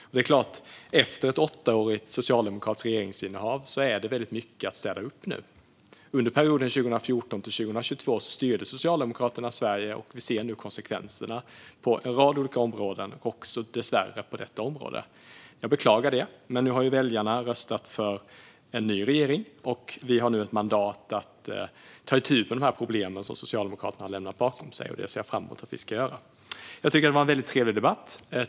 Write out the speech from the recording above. Och det är klart: Efter ett åttaårigt socialdemokratiskt regeringsinnehav finns det nu mycket att städa upp. Under perioden 2014-2022 styrde Socialdemokraterna Sverige, och vi ser nu konsekvenserna på en rad olika områden - dessvärre också på detta. Jag beklagar det. Väljarna röstade dock för en ny regering, och vi har nu mandat att ta itu med de problem som Socialdemokraterna har lämnat bakom sig. Det ser jag fram emot att göra. Jag tycker att detta har varit en väldigt trevlig debatt.